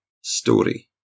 story